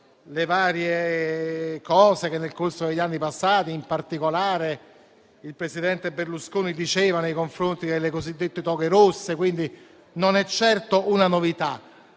le varie cose che, nel corso degli anni passati, in particolare il presidente Berlusconi diceva nei confronti delle cosiddette toghe rosse e, quindi, non è certo una novità.